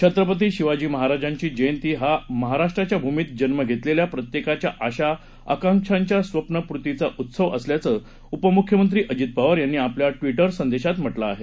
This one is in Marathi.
छत्रपती शिवाजी महाराजांची जयंती हा महाराष्ट्राच्या भूमीत जन्म घेतलेल्या प्रत्येकाच्या आशा आकांक्षांच्या स्वप्नपूर्तीचा उत्सव असल्याचं उपमुख्यमंत्री अजित पवार यांनी आपल्या ट्विटर संदेशात म्हटलं आहे